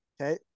Okay